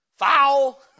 Foul